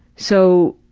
so,